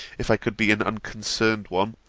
if i could be an unconcerned one